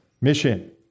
mission